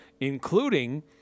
including